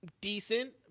decent